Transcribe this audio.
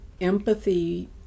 empathy